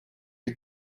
die